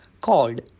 called